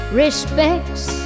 respects